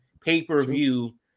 pay-per-view